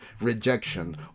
rejection